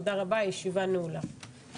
תודה רבה, הישיבה נעולה.